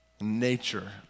nature